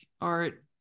art